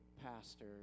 pastor